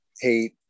hate